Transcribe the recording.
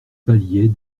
palier